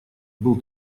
был